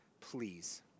please